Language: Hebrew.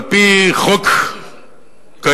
על-פי חוק קיים,